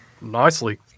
nicely